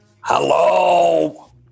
Hello